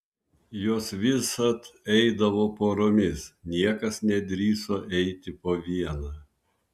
jos visad eidavo poromis niekas nedrįso eiti po vieną